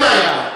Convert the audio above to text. אין בעיה.